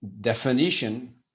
definition